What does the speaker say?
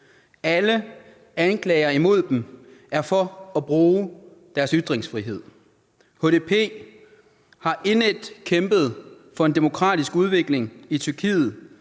Alle anklager imod dem er for at bruge deres ytringsfrihed. HDP har kæmpet indædt for en demokratisk udvikling i Tyrkiet,